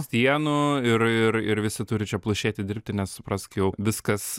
sienų ir ir ir visi turi čia plušėti dirbti nes suprask jau viskas